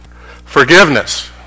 Forgiveness